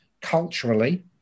culturally